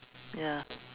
ya